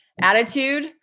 attitude